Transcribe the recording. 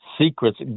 secrets